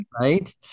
Right